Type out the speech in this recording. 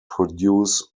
produce